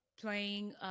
playing